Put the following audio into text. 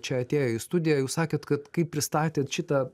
čia atėję į studiją jūs sakėt kad kai pristatėt šitą